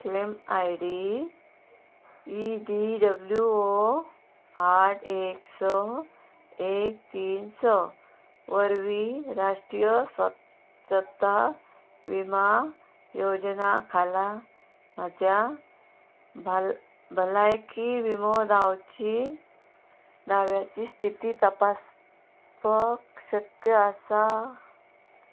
claim I D E D W O आठ एक स एक तीन स वरवीं राष्ट्रीय स्वच्छता विमा योजना खाला म्हाज्या भल भलायकी विमो लावची दाव्याची स्थिती तपासपक शक्य आसा